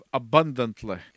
abundantly